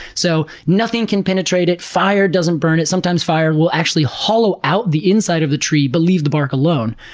so nothing can penetrate it, it, fire doesn't burn it. sometimes, fire will actually hollow out the inside of the tree but leave the bark alone.